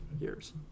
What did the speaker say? years